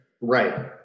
Right